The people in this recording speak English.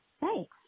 Thanks